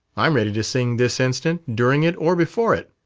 i'm ready to sing this instant during it, or before it.